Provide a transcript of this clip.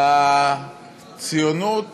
לציונות